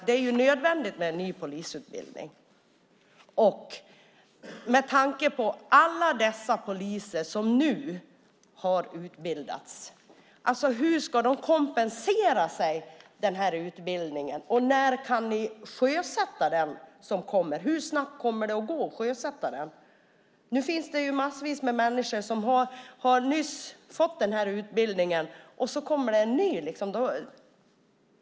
Det är nödvändigt med en ny polisutbildning, men med tanke på alla de poliser som nu har utbildats undrar jag: Hur ska de kompenseras för den utbildning de fått? Hur snabbt kan den nya utbildningen sjösättas? Nu finns mängder med människor som nyligen gått utbildningen, och då kommer det en ny.